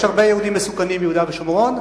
יש הרבה יהודים מסוכנים ביהודה ושומרון.